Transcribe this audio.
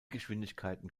geschwindigkeiten